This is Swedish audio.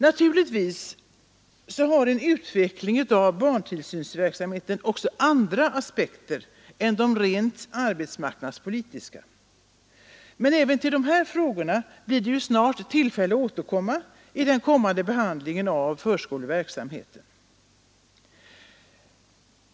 Naturligtvis har en utveckling av barntillsynsverksamheten också andra aspekter än de rent arbetsmarknadspolitiska. Men även till de frågorna blir det snart tillfälle att återkomma vid den förestående behandlingen av förskoleverksamheten.